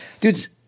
dudes